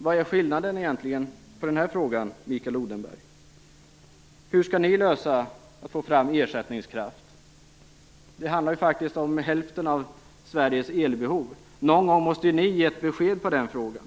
Vad är skillnaden i den här frågan, Mikael Odenberg? Hur skall ni lösa problemet med att få fram ersättningskraft? Det handlar ju om hälften av Sveriges elbehov. Någon gång måste ni ge besked i den frågan.